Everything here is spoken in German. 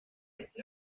ist